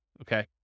okay